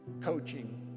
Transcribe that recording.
coaching